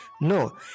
no